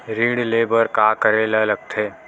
ऋण ले बर का करे ला लगथे?